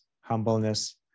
humbleness